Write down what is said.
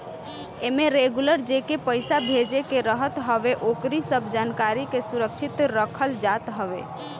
एमे रेगुलर जेके पईसा भेजे के रहत हवे ओकरी सब जानकारी के सुरक्षित रखल जात हवे